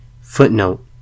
Footnote